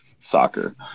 soccer